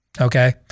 okay